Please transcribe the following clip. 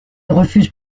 refuse